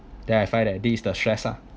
then I find that this is the stress ah